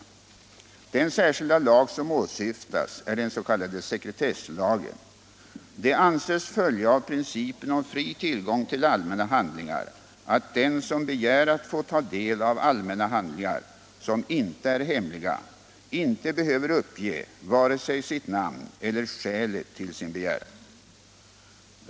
Den särskilda lag som åsyftas är den s.k. sekretesslagen. Det anses följa av principen om fri tillgång till allmänna handlingar att den som begär att få ta del av allmänna handlingar, som inte är hemliga, inte behöver uppge vare sig sitt namn eller skälet till sin begäran.